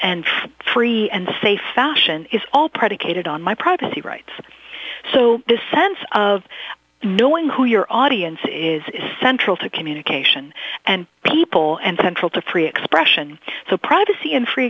and free and safe fashion is all predicated on my privacy rights so this sense of knowing who your audience is is central to communication and people and central to free expression so privacy and free